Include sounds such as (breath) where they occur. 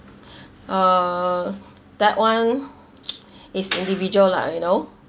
(breath) uh that [one] (noise) is (noise) individual lah you know